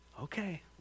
Okay